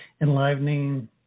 enlivening